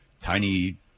tiny